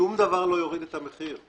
שום דבר לא יוריד את המחיר,